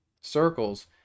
circles